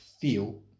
feel